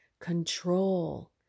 control